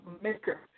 maker